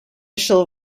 shall